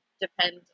depend